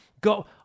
go